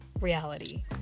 reality